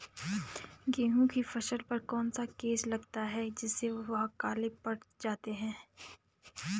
गेहूँ की फसल पर कौन सा केस लगता है जिससे वह काले पड़ जाते हैं?